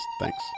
thanks